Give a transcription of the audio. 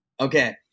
Okay